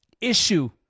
issue